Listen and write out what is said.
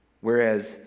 Whereas